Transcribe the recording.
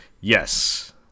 Yes